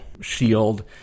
shield